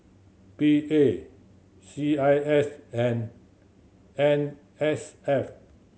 P A C I S and N S F